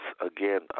Again